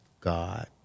God